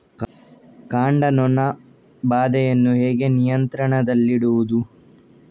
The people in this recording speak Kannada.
ಕಾಂಡ ನೊಣ ಬಾಧೆಯನ್ನು ಹೇಗೆ ನಿಯಂತ್ರಣದಲ್ಲಿಡುವುದು?